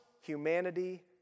humanity